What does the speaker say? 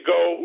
go